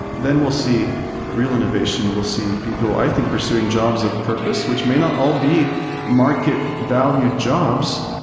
then we'll see real innovation. we'll see people i think pursuing jobs of purpose, which may not all be market value jobs,